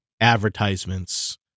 advertisements